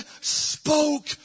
spoke